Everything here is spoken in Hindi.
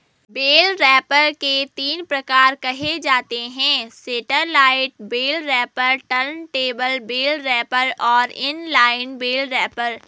बेल रैपर के तीन प्रकार कहे जाते हैं satellite bale wrapper, turntable bale wrapper और इन लाइन बेल रैपर